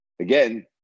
again